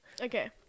Okay